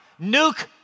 nuke